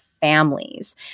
families